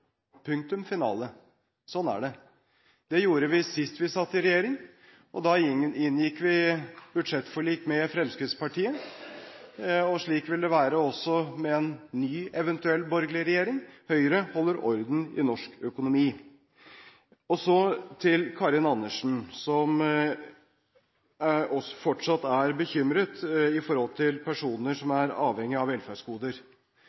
punktum finale. Sånn er det. Det gjorde vi sist vi satt i regjeringen – da inngikk vi budsjettforlik med Fremskrittspartiet – og slik vil det vel være også med en ny eventuell borgerlig regjering: Høyre holder orden i norsk økonomi. Så til Karin Andersen, som fortsatt er bekymret for personer som